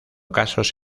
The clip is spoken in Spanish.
casos